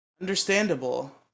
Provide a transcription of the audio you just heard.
Understandable